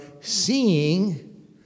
seeing